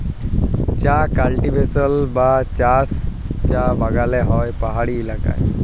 চাঁ কাল্টিভেশল বা চাষ চাঁ বাগালে হ্যয় পাহাড়ি ইলাকায়